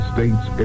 States